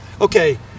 Okay